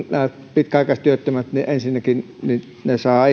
pitkäaikaistyöttömät ensinnäkin saavat